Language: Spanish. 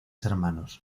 hermanos